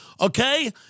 okay